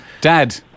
Dad